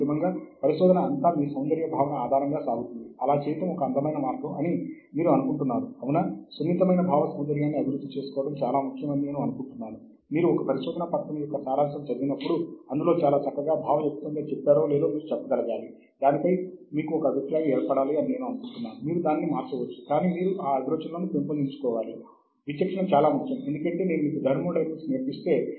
కాబట్టి సాహిత్యం ఆన్లైన్లో లభించే ప్రతి పత్రం అది బహిరంగ సాహిత్యం కావచ్చు దానికి DOI సంఖ్య ఉంటుంది